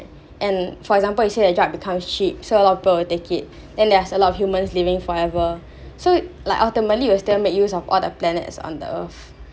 and for example you say the drug because cheap so a lot people will take it then there's a lot of humans living forever so like ultimately will still make use of all the planets on the earth